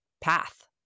path